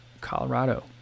Colorado